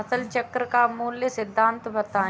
फसल चक्र का मूल सिद्धांत बताएँ?